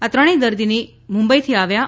આ ત્રણેય દર્દીની મુંબઈથી આવ્યા છે